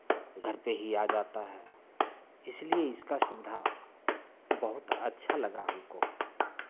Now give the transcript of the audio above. घर पे ही आ जाता है इसलिए इसका सुविधा बहुत अच्छा लगा हमको